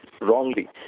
wrongly